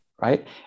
right